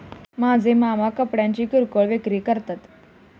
माझे मामा कपड्यांची किरकोळ विक्री करतात